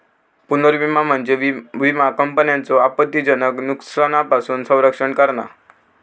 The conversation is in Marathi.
पुनर्विमा म्हणजे विमा कंपन्यांचो आपत्तीजनक नुकसानापासून संरक्षण करणा